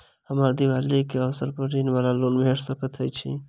हमरा दिपावली केँ अवसर पर ऋण वा लोन भेट सकैत अछि?